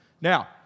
Now